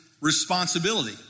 responsibility